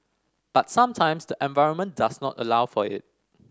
but sometimes the environment does not allow for it